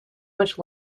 much